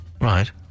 Right